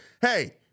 hey –